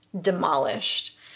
demolished